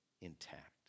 intact